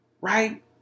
right